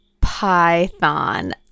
python